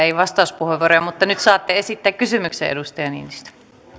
ei vastauspuheenvuoroja mutta nyt saatte esittää kysymyksen edustaja niinistö